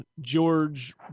George